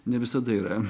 ne visada yra